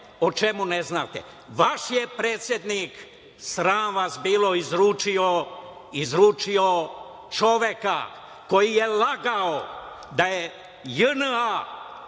o čemu ne znate. Vaš je predsednik, sram vas bilo, izručio čoveka koji je lagao da je JNA